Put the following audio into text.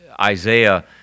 Isaiah